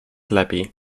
lepiej